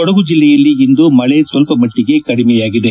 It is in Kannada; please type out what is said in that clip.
ಕೊಡಗು ಜಿಲ್ಲೆಯಲ್ಲಿ ಇಂದು ಮಳೆ ಸ್ವಲ್ಪಮಟ್ಟಿಗೆ ಕಡಿಮೆಯಾಗಿದೆ